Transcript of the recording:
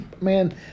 man